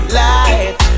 life